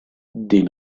den